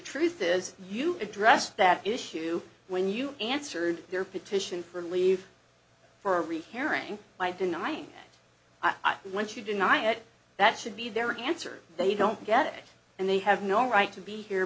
truth is you addressed that issue when you answered their petition for leave for a rehearing by denying i when you deny it that should be their answer they don't get it and they have no right to be here